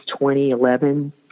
2011